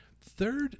third